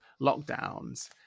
lockdowns